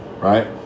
Right